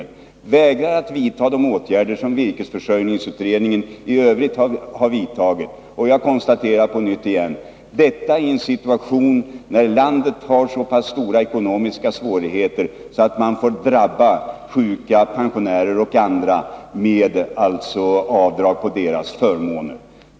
Han vägrar att vidta de åtgärder som virkesförsörjningsutredningen i övrigt har föreslagit. Och —det konstaterar jag på nytt — detta i en situation då landet har så stora ekonomiska svårigheter att sjuka, pensionärer och barnfamiljer drabbas av försämringar av sina förmåner!